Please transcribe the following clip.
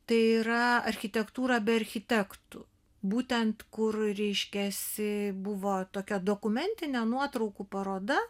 tai yra architektūra be architektų būtent kur reiškiasi buvo tokia dokumentinė nuotraukų paroda